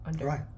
Right